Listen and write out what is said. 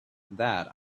that